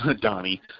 Donnie